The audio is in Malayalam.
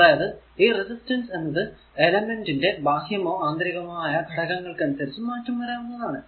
അതായതു ഈ റെസിസ്റ്റൻസ് എന്നത് എലമെന്റ് ന്റെ ബാഹ്യമോ ആന്തരികമോ ആയ ഘടകങ്ങൾക്കനുസരിച്ചു മാറ്റം വരാവുന്നതാണ്